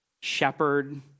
shepherd